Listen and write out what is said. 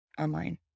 online